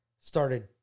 started